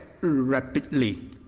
rapidly